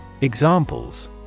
Examples